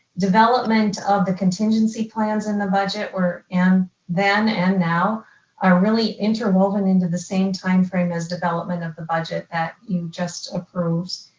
development of the contingency plans in the budget were and then and now are really interwoven into the same timeframe as development of the budget that you just approved.